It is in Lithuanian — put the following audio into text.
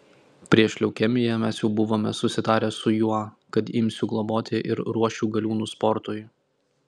prieš leukemiją mes jau buvome susitarę su juo kad imsiu globoti ir ruošiu galiūnus sportui